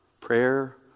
Prayer